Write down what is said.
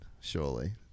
surely